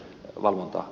puhemies